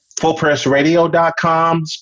fullpressradio.com